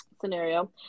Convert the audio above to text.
scenario